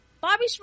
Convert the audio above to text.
Bobby